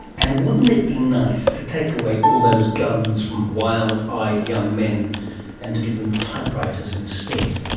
and wouldn't it be nice to take away all those guns from wild-eyed young men and to give them typewriters instead,